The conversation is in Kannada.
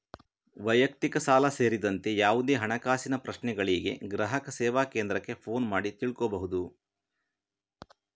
ವೈಯಕ್ತಿಕ ಸಾಲ ಸೇರಿದಂತೆ ಯಾವುದೇ ಹಣಕಾಸಿನ ಪ್ರಶ್ನೆಗಳಿಗೆ ಗ್ರಾಹಕ ಸೇವಾ ಕೇಂದ್ರಕ್ಕೆ ಫೋನು ಮಾಡಿ ತಿಳ್ಕೋಬಹುದು